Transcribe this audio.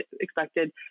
expected